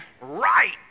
right